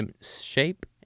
shape